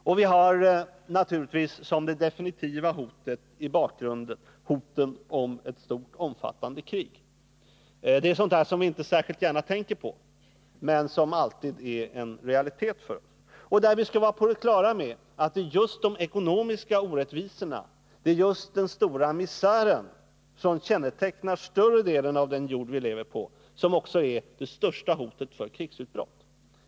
Och vi har naturligtvis som det definitiva hotet i bakgrunden hotet om ett stort och omfattande krig. Det är sådant som vi inte särskilt gärna tänker på men som alltid är en realitet. Och vi skall vara på det klara med att det är just de ekonomiska orättvisorna, den stora misären, som kännetecknar större delen av den jord vi lever på, som också är den största risken för krigsutbrott.